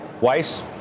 Weiss